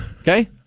okay